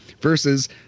versus